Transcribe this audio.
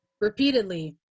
repeatedly